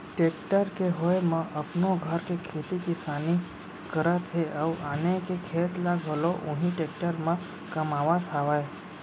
tractor के होय म अपनो घर के खेती किसानी करत हें अउ आने के खेत ल घलौ उही टेक्टर म कमावत हावयँ